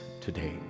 today